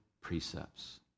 precepts